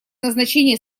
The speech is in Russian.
назначение